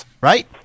right